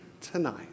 tonight